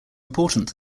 important